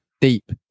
deep